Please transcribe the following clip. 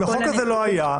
אם החוק הזה לא היה,